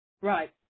Right